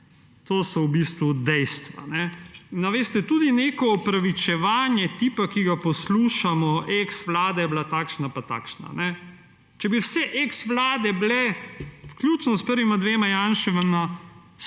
To so v bistvu dejstva. Veste, tudi neko opravičevanje tipa, ki ga poslušamo, eksvlada je bila takšna in takšna – če bi bile vse eksvlade, vključno s prvima dvema Janševima,